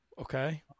Okay